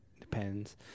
depends